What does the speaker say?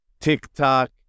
TikTok